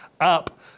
up